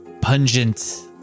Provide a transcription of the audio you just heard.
pungent